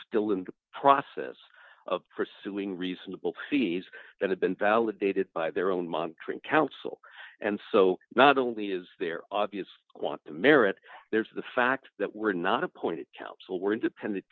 still in the process of pursuing reasonable fees that have been validated by their own montreux counsel and so not only is there obvious want the merit there is the fact that we're not appointed counsel we're independent